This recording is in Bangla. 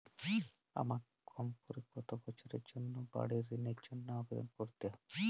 আমাকে কম করে কতো বছরের জন্য বাড়ীর ঋণের জন্য আবেদন করতে হবে?